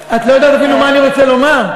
את לא יודעת אפילו מה אני רוצה לומר.